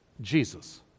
Jesus